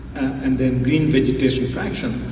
and then green vegetation fraction,